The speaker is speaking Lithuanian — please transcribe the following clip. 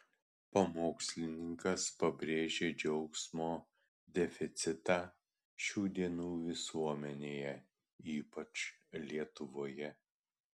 pamokslininkas pabrėžė džiaugsmo deficitą šių dienų visuomenėje ypač lietuvoje